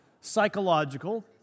psychological